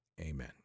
amen